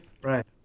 Right